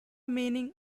meaning